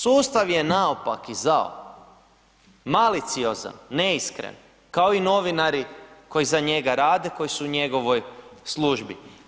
Sustav je naopak i zao, maliciozan, neiskren, kao i novinari koji za njega rade, koji su u njegovoj službi.